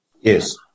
Yes